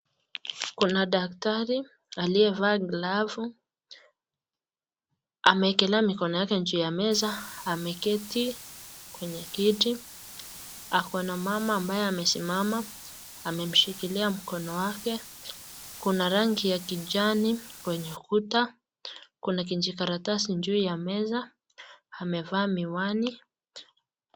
Kuna daktari aliyevaa glavu amewekelea mikono yake juu ya meza ameketi kwenye kiti ako na mama ambaye amesimama amemshikilia mkono wake kuna rangi ya kijani kwenye kuta kuna kijikaratasi juu ya meza amevaa miwani.